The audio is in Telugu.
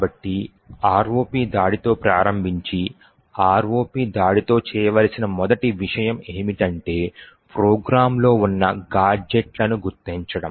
కాబట్టి ROP దాడితో ప్రారంభించి ROP దాడితో చేయవలసిన మొదటి విషయం ఏమిటంటే ప్రోగ్రామ్లో ఉన్న గాడ్జెట్లను గుర్తించడం